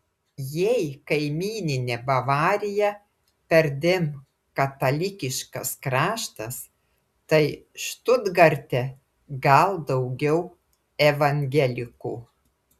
jei kaimyninė bavarija perdėm katalikiškas kraštas tai štutgarte gal daugiau evangelikų